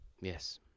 Yes